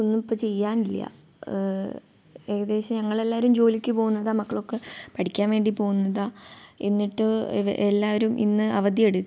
ഒന്നും ഇപ്പോൾ ചെയ്യാനില്ല ഏകദേശം ഞങ്ങളെല്ലാവരും ജോലിക്ക് പോകുന്നതാണ് മക്കളൊക്കെ പഠിക്കാൻ വേണ്ടി പോകുന്നതാണ് എന്നിട്ട് എല്ലാവരും ഇന്ന് അവധിയെടുത്തു